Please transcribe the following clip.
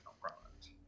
product